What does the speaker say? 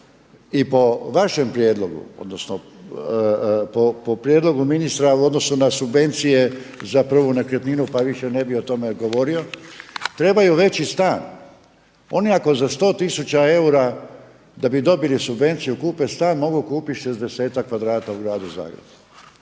i po vašem prijedlogu odnosno po prijedlogu ministra u odnosu na subvencije za prvu nekretninu pa više ne bih o tome govorio, trebaju veći stan. Oni ako za 100 tisuća eura, da bi dobili subvenciju, kupe stan, mogu kupiti 60-tak kvadrata u Gradu Zagrebu.